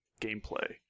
gameplay